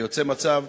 יוצא מצב,